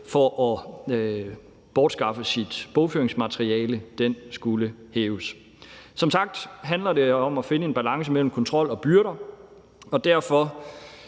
for at bortskaffe sit bogføringsmateriale skulle hæves. Som sagt handler det om at finde en balance mellem kontrol og byrder, og derfor